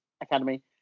Academy